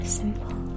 Simple